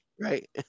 right